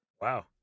Wow